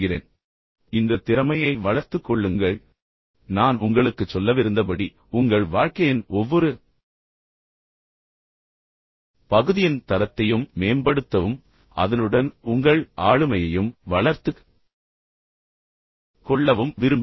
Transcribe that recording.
எனவே இந்த திறமையை வளர்த்துக் கொள்ளுங்கள் நான் உங்களுக்குச் சொல்லவிருந்தபடி உங்கள் வாழ்க்கையின் ஒவ்வொரு பகுதியின் தரத்தையும் மேம்படுத்தவும் அதனுடன் உங்கள் ஆளுமையையும் வளர்த்துக் கொள்ளவும் விரும்புகிறேன்